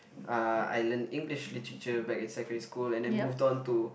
uh I learn English literature back in secondary school and then moved on to